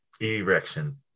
Erection